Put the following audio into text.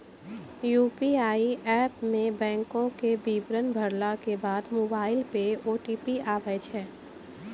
UPI app मे बैंको के विबरण भरला के बाद मोबाइल पे ओ.टी.पी आबै छै